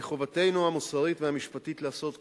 מחובתנו המוסרית והמשפטית לעשות כן.